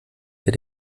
der